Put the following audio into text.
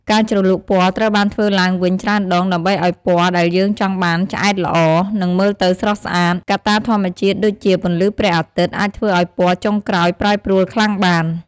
ការជ្រលក់ពណ៌ត្រូវបានធ្វើឡើងវិញច្រើនដង ដើម្បីអោយពណ៌ដែលយើងចង់បានឆ្អែតល្អ និងមើលទៅស្រស់ស្អាត កត្តាធម្មជាតិដូចជា ពន្លឺព្រះអាទិត្យ អាចធ្វើអោយពណ៌ចុងក្រោយប្រែប្រួលខ្លាំងបាន។